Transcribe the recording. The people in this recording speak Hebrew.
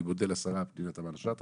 אני מודה לשרה פנינה תמנו שטה,